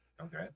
Okay